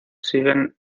siguen